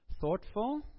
Thoughtful